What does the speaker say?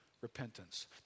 repentance